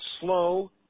slow